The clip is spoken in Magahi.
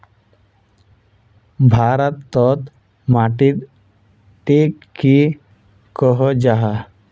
भारत तोत माटित टिक की कोहो जाहा?